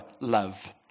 love